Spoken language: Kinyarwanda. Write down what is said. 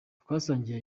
twasangiye